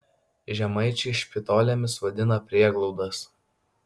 žemaičiai špitolėmis vadina prieglaudas